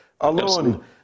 alone